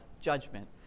judgment